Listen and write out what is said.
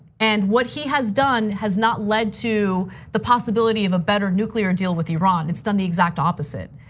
and what he has done has not led to the possibility of a better nuclear deal with iran. it's done the exact opposite.